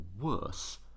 worse